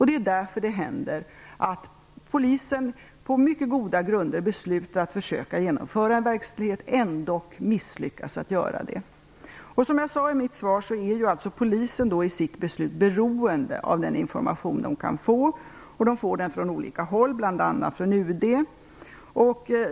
Det är därför som det händer att polisen på mycket goda grunder beslutar att försöka att genomföra en verkställighet men ändå misslyckas med att göra det. Som jag sade i mitt svar är polisen i sitt beslut beroende av den information som den kan få från olika håll, bl.a. från UD.